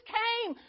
came